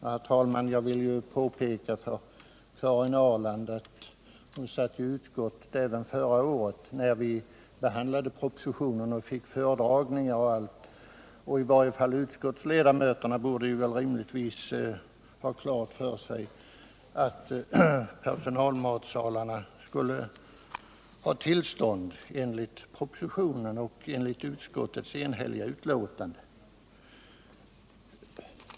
Herr talman! Jag vill påpeka för Karin Ahrland att hon satt med i utskottet även förra året när vi behandlade propositionen, fick föredragningar osv. I varje fall utskottsledamöterna borde rimligtvis ha klart för sig att personalmatsalarna skulle ha tillstånd enligt propositionen och enligt utskottets enhälliga utlåtande.